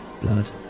blood